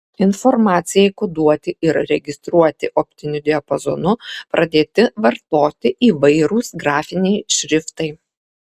informacijai koduoti ir registruoti optiniu diapazonu pradėti vartoti įvairūs grafiniai šriftai